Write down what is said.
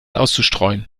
auszustreuen